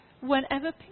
whenever